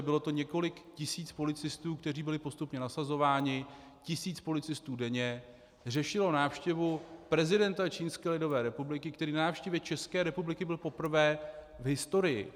Bylo to několik tisíc policistů, kteří byli postupně nasazováni, tisíc policistů denně řešilo návštěvu prezidenta Čínské lidové republiky, který na návštěvě České republiky byl poprvé v historii.